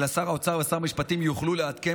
אלא שר האוצר ושר המשפטים יוכלו לעדכן